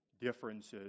differences